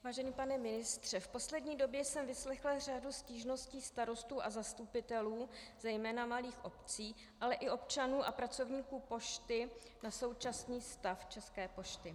Vážený pane ministře, v poslední době jsem vyslechla řadu stížností starostů a zastupitelů zejména malých obcí, ale i občanů a pracovníků pošty na současný stav České pošty.